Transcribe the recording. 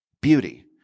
beauty